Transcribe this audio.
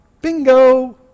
Bingo